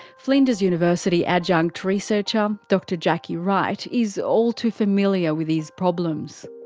flinders university adjunct researcher um dr jackie wright is all too familiar with these problems.